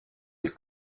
des